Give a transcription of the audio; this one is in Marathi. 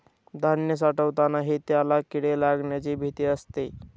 धान्य साठवतानाही त्याला किडे लागण्याची भीती असते